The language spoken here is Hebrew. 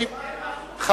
הם הרגו שר,